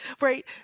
right